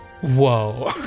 Whoa